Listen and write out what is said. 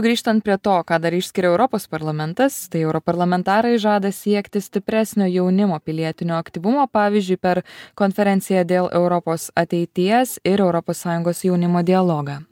grįžtan prie to ką dar išskiria europos parlamentas tai europarlamentarai žada siekti stipresnio jaunimo pilietinio aktyvumo pavyzdžiui per konferenciją dėl europos ateities ir europos sąjungos jaunimo dialogą